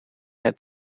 het